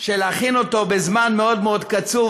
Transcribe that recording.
של להכין אותו בזמן מאוד מאוד קצוב,